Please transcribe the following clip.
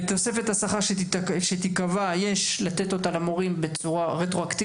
תוספת השכר שתיקבע יש לתת אותה למורים רטרואקטיבית.